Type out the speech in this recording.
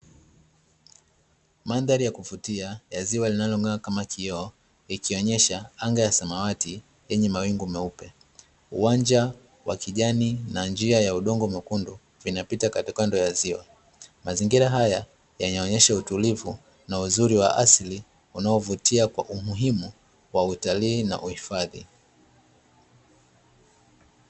Mandhari ya kuvutia ya ziwa linalong'aa kama kioo, ikionyesha anga la samawati lenye mawingu meupe. Uwanja wa kijani na njia ya udongo mwekundu, vinapita kandokando ya ziwa. Mazingira haya yanaonyesha utulivu na uzuri wa asili, unaovutia kwa umuhimu wa utalii na uhifadhi.